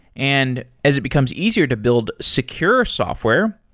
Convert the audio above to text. and as it becomes easier to build secure software,